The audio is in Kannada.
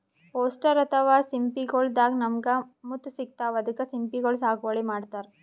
ಒಸ್ಟರ್ ಅಥವಾ ಸಿಂಪಿಗೊಳ್ ದಾಗಾ ನಮ್ಗ್ ಮುತ್ತ್ ಸಿಗ್ತಾವ್ ಅದಕ್ಕ್ ಸಿಂಪಿಗೊಳ್ ಸಾಗುವಳಿ ಮಾಡತರ್